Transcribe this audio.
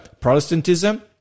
Protestantism